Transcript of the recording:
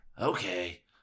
Okay